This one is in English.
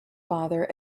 father